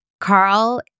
Carl